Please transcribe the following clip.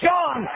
John